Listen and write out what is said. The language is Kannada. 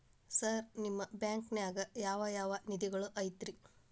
ಸರ್ ನಿಮ್ಮ ಬ್ಯಾಂಕನಾಗ ಯಾವ್ ಯಾವ ನಿಧಿಗಳು ಐತ್ರಿ?